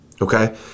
Okay